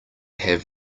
have